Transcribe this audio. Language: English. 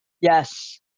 Yes